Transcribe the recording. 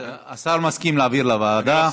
השר מסכים להעביר לוועדה.